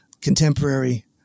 contemporary